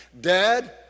Dad